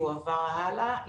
יועבר הלאה.